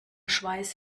schweiß